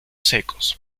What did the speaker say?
secos